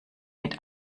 mit